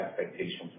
expectations